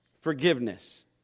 forgiveness